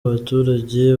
baturage